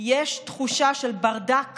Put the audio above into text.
יש תחושה של ברדק